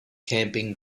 camping